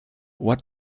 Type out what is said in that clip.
what